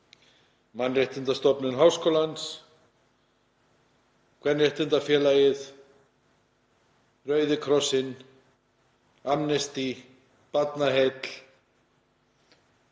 Mannréttindastofnun Háskóla Íslands, Kvenréttindafélagið, Rauði krossinn, Amnesty, Barnaheill,